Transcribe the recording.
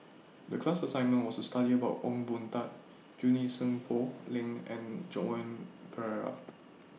The class assignment was to study about Ong Boon Tat Junie Sng Poh Leng and Joan Pereira